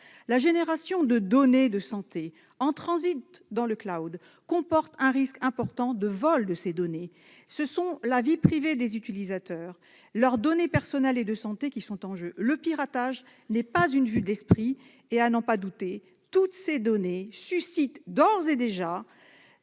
la génération de données de santé en transit dans le comporte un risque important de vol de ces données. Ce sont la vie privée des utilisateurs et leurs données personnelles et de santé qui sont en jeu ! Le piratage n'est pas une vue de l'esprit : à n'en pas douter, toutes ces données suscitent d'ores et déjà